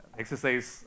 exercise